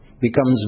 becomes